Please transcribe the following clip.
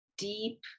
Deep